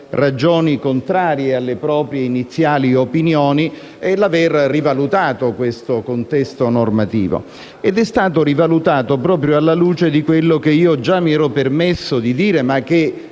ragioni contrarie alle proprie iniziali opinioni e aver rivalutato questo contesto normativo. È stato rivalutato proprio alla luce di quello che io già mi ero permesso di dire, ma che